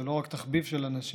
זה לא רק תחביב של אנשים,